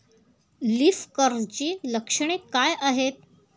Leaf कर्लची लक्षणे काय आहेत?